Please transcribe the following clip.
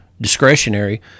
discretionary